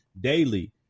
daily